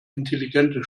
intelligente